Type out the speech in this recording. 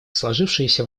сложившаяся